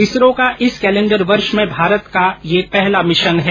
इसरो का इस कैलेंडर वर्ष में भारत का ये पहला मिशन है